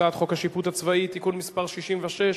הצעת חוק השיפוט הצבאי (תיקון מס' 66)